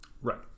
Right